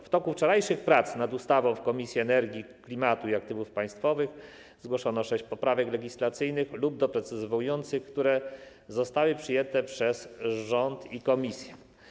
W toku wczorajszych prac nad ustawą w Komisji do Spraw Energii, Klimatu i Aktywów Państwowych zgłoszono sześć poprawek legislacyjnych lub doprecyzowujących, które zostały przyjęte przez rząd i komisję.